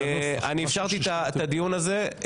אפשרתי את הדיון הזה,